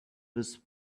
was